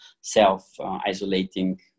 self-isolating